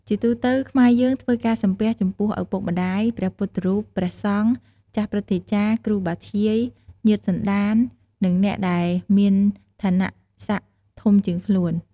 ជាទូទៅខ្មែរយើងធ្វើការសំពះចំពោះ ឪពុកម្តាយ ព្រះពុទ្ធរូប ព្រះសង្ឃ ចាស់ព្រឹទ្ធាចារ្យ គ្រូបាធ្យាយ ញាតិសន្តាន និង អ្នកដែលមានឋានន្តរសក្តិធំជាងខ្លួន។